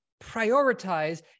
prioritize